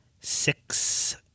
six